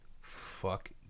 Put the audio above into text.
fuck